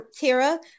Tara